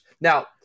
Now